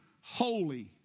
holy